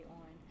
on